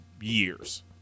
years